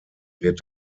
wird